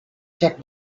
check